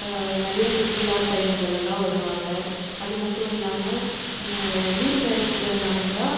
நிறையா சுற்றுலாப் பயணிகளெல்லாம் வருவாங்க அது மட்டும் இல்லாமல் லீவ் நேரத்தில் நடந்தால்